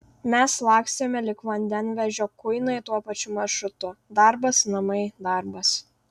mes lakstėme lyg vandenvežio kuinai tuo pačiu maršrutu darbas namai darbas